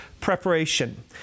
Preparation